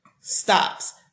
stops